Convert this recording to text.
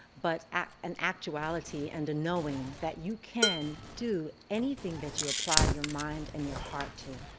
but an actuality, and a knowing that you can do anything that you apply your mind and your heart to.